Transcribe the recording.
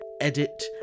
edit